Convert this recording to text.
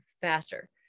faster